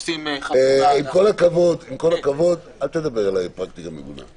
עם כל הכבוד, אל תדבר אליי על פרקטיקה מגונה.